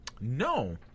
No